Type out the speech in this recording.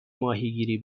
ماهیگیری